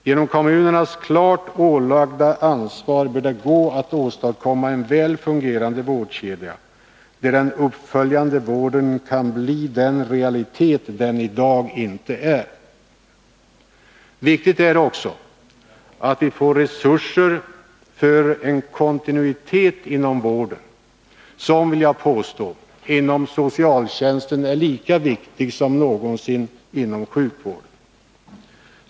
Genom kommunernas klart ålagda ansvar bör det gå att åstadkomma en väl Nr 52 fungerande vårdkedja, där den uppföljande vården kan bli den realitet som den i dag inte är. Viktigt är också att vi får resurser för en kontinuitet inom vården som, vill jag påstå, är lika viktig inom socialtjänsten som någonsin inom sjukvården.